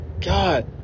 god